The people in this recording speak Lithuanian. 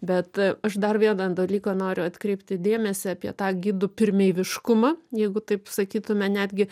bet aš dar vieną dalyką noriu atkreipti dėmesį apie tą gidų pirmeiviškumą jeigu taip sakytume netgi